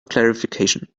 clarification